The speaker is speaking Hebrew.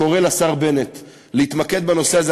קורא לשר בנט להתמקד בנושא הזה,